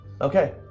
Okay